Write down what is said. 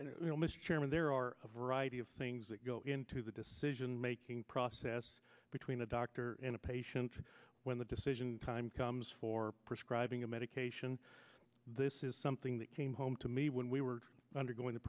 and you know mr chairman there are a variety of things that go into the decision making process between a doctor and a patient when the decision time comes for prescribing a medication this is something that came home to me when we were undergoing the